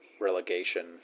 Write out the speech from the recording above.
relegation